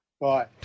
Bye